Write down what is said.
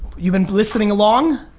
you've been listening along,